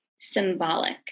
symbolic